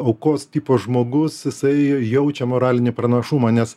aukos tipo žmogus jisai jaučia moralinį pranašumą nes